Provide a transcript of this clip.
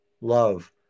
love